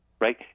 right